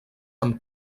amb